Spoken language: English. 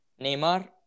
Neymar